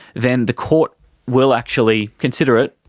then the court will actually consider it.